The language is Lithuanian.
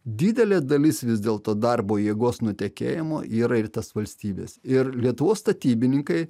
didelė dalis vis dėlto darbo jėgos nutekėjimo yra ir į tas valstybes ir lietuvos statybininkai